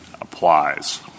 applies